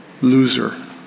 loser